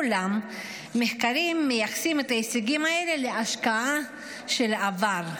אולם מחקרים מייחסים את ההישגים האלה להשקעה של עבר.